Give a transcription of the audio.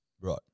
Right